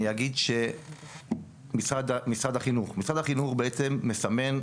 אני אקדים ואומר כמה משפטים ולאחר מכן